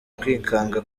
kwikanga